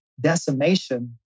decimation